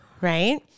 Right